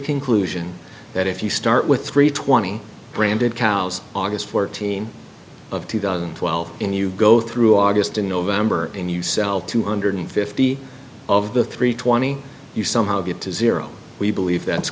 conclusion that if you start with three twenty branded cows august fourteen of twelve in you go through august in november and you sell two hundred fifty of the three twenty you somehow get to zero we believe that's